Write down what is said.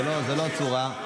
זו לא צורה,